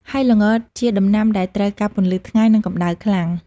ហើយល្ងជាដំណាំដែលត្រូវការពន្លឺថ្ងៃ និងកម្តៅខ្លាំង។